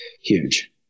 huge